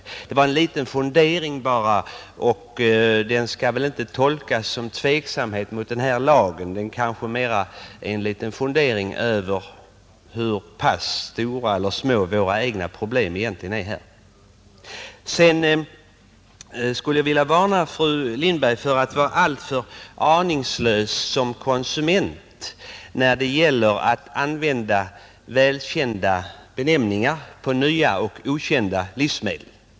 Det var en liten fundering bara och skall väl inte tolkas som tveksamhet mot den här lagen. Det kanske mera är en fundering över hur pass stora eller små våra egna problem egentligen är. Sedan vill jag varna fru Lindberg för att vara alltför aningslös som konsument när det gäller att använda välkända benämningar på nya och okända livsmedel.